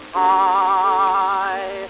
high